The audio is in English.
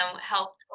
helped